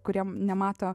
kurie nemato